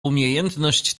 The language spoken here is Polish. umiejętność